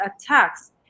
attacks